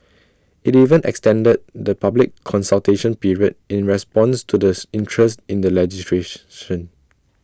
IT even extended the public consultation period in response to the interest in the legislation